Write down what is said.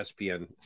ESPN